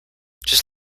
just